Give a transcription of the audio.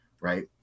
right